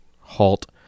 halt